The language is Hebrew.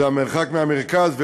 זה המרחק מהמרכז,